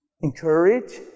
encourage